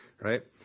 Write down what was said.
right